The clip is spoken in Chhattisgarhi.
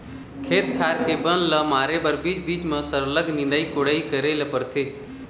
खेत खार के बन ल मारे बर बीच बीच म सरलग निंदई कोड़ई करे ल परथे